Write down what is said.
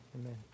Amen